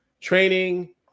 training